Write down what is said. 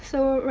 so.